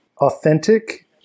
authentic